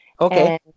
Okay